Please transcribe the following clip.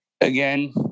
again